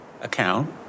account